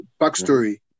backstory